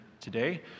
today